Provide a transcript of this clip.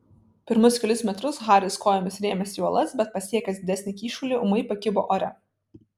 pirmus kelis metrus haris kojomis rėmėsi į uolas bet pasiekęs didesnį kyšulį ūmai pakibo ore